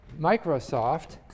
Microsoft